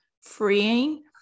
freeing